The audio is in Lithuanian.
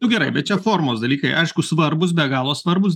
nu gerai bet čia formos dalykai aišku svarbūs be galo svarbūs